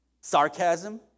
Sarcasm